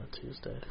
Tuesday